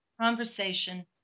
conversation